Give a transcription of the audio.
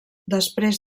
després